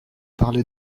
parlé